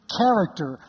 character